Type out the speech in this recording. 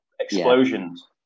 explosions